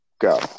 go